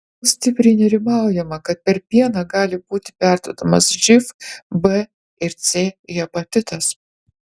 iki šiol stipriai nerimaujama kad per pieną gali būti perduotas živ b ir c hepatitas